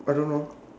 I don't know